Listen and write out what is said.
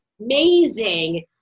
amazing